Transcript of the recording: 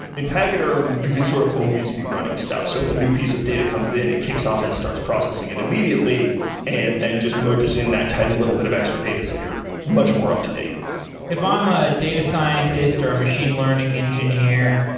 in pachyderm, you can sort of always be running stuff. so if a new piece of data comes in and kicks off and starts processing it immediately and then just merges in that tiny little bit of extra data so you're much more up-to-date if i'm a data scientist or a machine learning engineer,